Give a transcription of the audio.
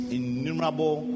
innumerable